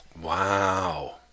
wow